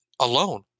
alone